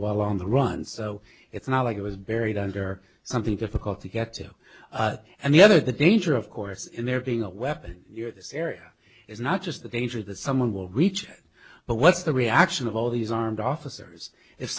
while on the run so it's not like it was buried under something difficult to get to and the other the danger of course in there being a weapon you're this area is not just the danger that someone will reach but what's the reaction of all these armed officers if